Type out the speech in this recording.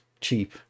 cheap